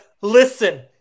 listen